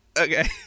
Okay